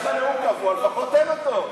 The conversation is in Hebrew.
יש לך נאום קבוע, לפחות תן אותו.